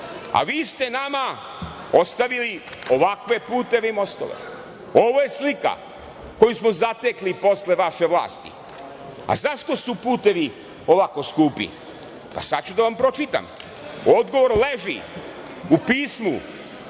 Vi ste nama ostavili ovakve puteve i mostove. Ovo je slika koju smo zatekli posle vaše vlasti.Zašto su putevi ovako skupi? Pa, sada ću da vam pročitam. Odgovor leži u pismu